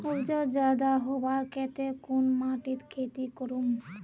उपजाऊ ज्यादा होबार केते कुन माटित खेती करूम?